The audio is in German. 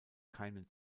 keinen